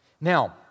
Now